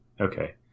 okay